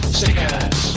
stickers